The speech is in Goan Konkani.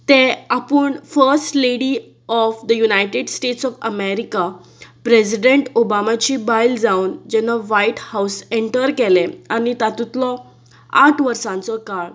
ते आपूण first lady of the United States of America president ओबामाची बायल जावन जेन्ना वायट हावस एंटर केलें आनी तातूंतलो आठ वर्सांचो काळ